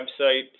website